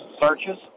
searches